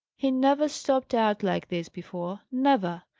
he never stopped out like this before never!